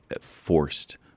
forced